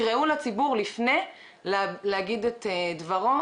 תקראו לציבור לפני כן כדי להגיד את דברו.